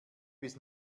bis